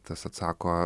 tas atsako